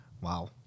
Wow